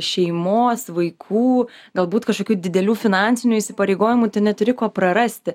šeimos vaikų galbūt kažkokių didelių finansinių įsipareigojimų tu neturi ko prarasti